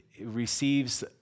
receives